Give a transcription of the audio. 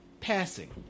passing